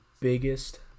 biggest